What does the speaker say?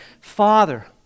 Father